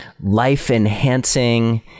life-enhancing